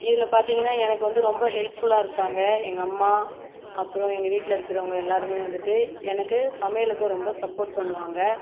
இதில் பார்த்தீங்கனா எனக்கு வந்து ரொம்ப ஹெல்ப் ஃபுல்லாக இருப்பாங்க எங்கள் அம்மா அப்புறம் எங்கள் வீட்டில் இருக்கிறவங்க எல்லோருமே வந்துட்டு எனக்கு சமையலுக்கு ரொம்ப சப்போர்ட் பண்ணுவாங்கள்